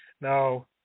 now